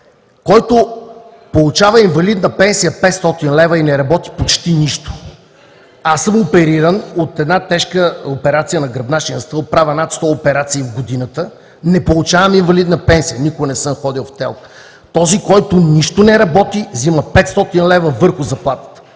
месец, получава инвалидна пенсия 500 лв. и не работи почти нищо, а аз съм опериран от тежка операция на гръбначния стълб, правя над 100 операции в годината, не получавам инвалидна пенсия, никога не съм ходил в ТЕЛК. Този, който нищо не работи, взима 500 лв. върху заплатата.